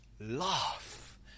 laugh